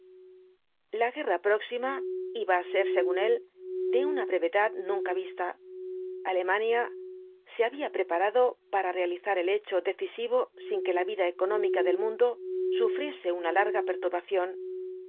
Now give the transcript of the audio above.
la guerra próxima iba á ser según él de una brevedad nunca vista alemania se había preparado para realizar el hecho decisivo sin que la vida económica del mundo sufriese una larga perturbación un